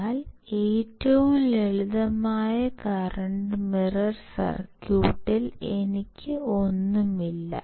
എന്നാൽ ഏറ്റവും ലളിതമായ കറന്റ് മിറർ സർക്യൂട്ടിൽ എനിക്ക് ഒന്നുമില്ല